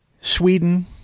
Sweden